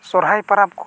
ᱥᱚᱦᱚᱨᱟᱭ ᱯᱟᱨᱟᱵᱽ ᱠᱚ